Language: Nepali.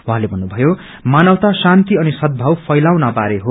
उहाँले भन्नुभयो मानवता शान्ति अनि सदभाव फैलाउन बारे हो